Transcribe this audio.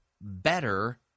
better